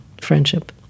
friendship